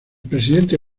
presidente